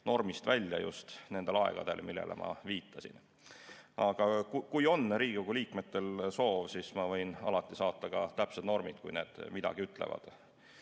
normist välja just nendel aegadel, millele ma viitasin. Aga kui on Riigikogu liikmetel soov, siis ma võin alati saata ka täpsed normid, kui need midagi ütlevad. Muus